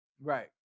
Right